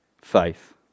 faith